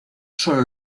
solo